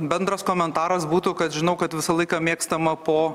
bendras komentaras būtų kad žinau kad visą laiką mėgstama po